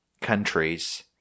countries